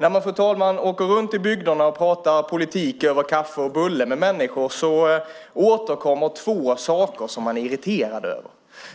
När man, fru talman, åker runt i bygderna och pratar politik över kaffe och bulle med människor återkommer två saker som de är irriterade över.